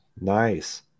Nice